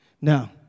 Now